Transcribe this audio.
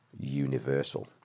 universal